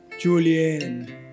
Julian